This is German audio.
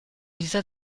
dieser